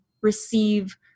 receive